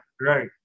Right